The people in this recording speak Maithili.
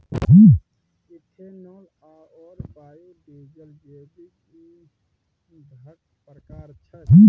इथेनॉल आओर बायोडीजल जैविक ईंधनक प्रकार छै